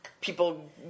people